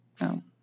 No